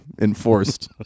enforced